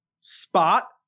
spot